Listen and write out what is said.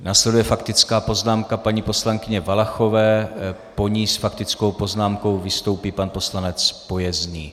Následuje faktická poznámka paní poslankyně Valachové, po ní s faktickou poznámkou vystoupí pan poslanec Pojezný.